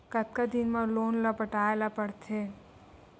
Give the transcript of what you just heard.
कतका दिन मा लोन ला पटाय ला पढ़ते?